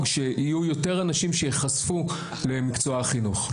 שיהיו יותר אנשים שייחשפו למקצוע החינוך.